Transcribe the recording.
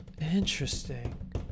interesting